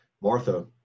Martha